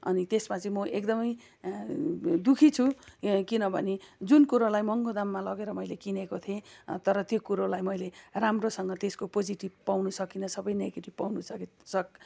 अनि त्यसमा चाहिँ म एकदमै दुःखी छु कि किनभने जुन कुरोलाई महँगो दाममा लगेर मैले किनेको थिएँ तर त्यो कुरोलाई मैले राम्रोसँग त्यसको पोजिटिभ पाउनु सकिनँ सबै नेगेटिभ पाउनु सकेँ सक्